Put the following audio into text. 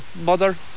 mother